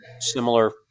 similar